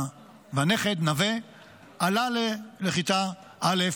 הנכד נווה עלה לכיתה א'.